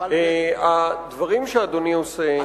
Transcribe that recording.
הדברים שאדוני עושה,